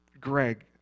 greg